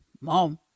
mom